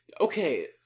okay